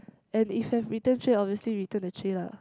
and if have return tray obviously return the tray lah